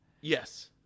Yes